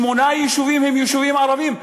שמונה יישובים הם יישובים ערביים.